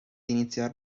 iniziare